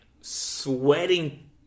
sweating